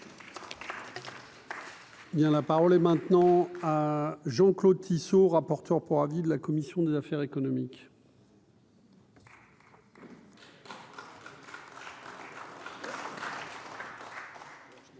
la parole est maintenant à Jean-Claude Tissot, rapporteur pour avis de la commission des affaires économiques. Monsieur